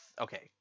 okay